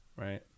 Right